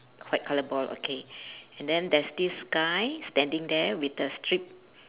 white colour ball okay and then there's this guy standing there with a stripe